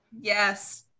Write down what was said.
Yes